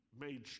made